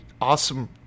awesome